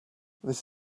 this